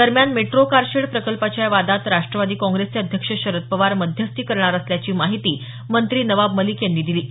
दरम्यान metro car shed प्रकल्पाच्या या वादात राष्ट्रवादी काँग्रेसचे अध्यक्ष शरद पवार मध्यस्थी करणार असल्याची माहिती मंत्री नवाब मलिक यांनी दिली आहे